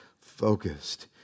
focused